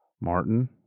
Martin